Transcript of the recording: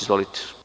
Izvolite.